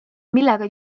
millega